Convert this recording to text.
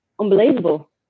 unbelievable